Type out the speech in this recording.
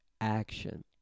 action